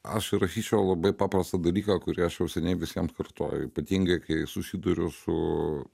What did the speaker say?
aš įrašyčiau labai paprastą dalyką kurį aš jau seniai visiems kartoju ypatingai kai susiduriu su